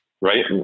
right